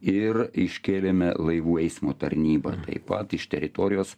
ir iškėlėme laivų eismo tarnybą taip pat iš teritorijos